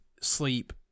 sleep